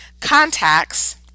contacts